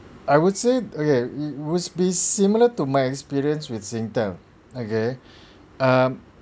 I would say okay would be similar to my experience with singtel okay um